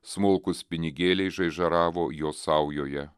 smulkūs pinigėliai žaižaravo jo saujoje